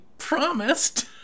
promised